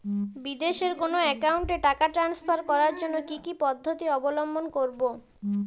বিদেশের কোনো অ্যাকাউন্টে টাকা ট্রান্সফার করার জন্য কী কী পদ্ধতি অবলম্বন করব?